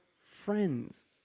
friends